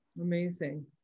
Amazing